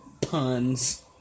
Puns